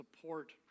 support